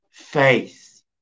faith